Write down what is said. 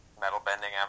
metal-bending